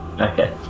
Okay